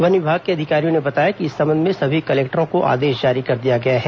one विभाग के अधिकारियों ने बताया कि इस संबंध में सभी कलेक्टरों को आदेश जारी कर दिया गया है